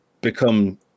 become